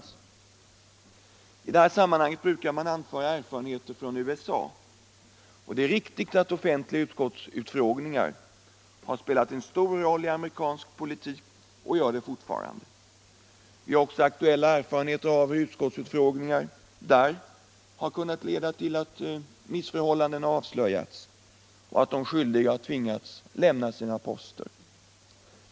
I detta sammanhang brukar anföras erfarenheterna från USA. Det är riktigt att offentliga utskottsutfrågningar har spelat en stor roll i amerikansk politik och gör så fortfarande. Vi har också aktuella erfarenheter av hur utskottsutfrågningar där har kunnat leda till att missförhållanden avslöjats och de skyldiga har tvingats lämna sina poster.